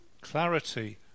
clarity